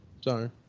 Sorry